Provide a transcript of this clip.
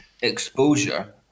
exposure